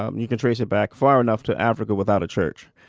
ah and you can trace it back far enough to africa without a church.